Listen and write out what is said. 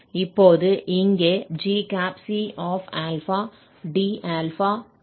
இப்போது இங்கே gc dα dx உள்ளது